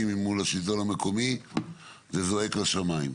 עם השלטון המקומי וזה זועק לשמיים.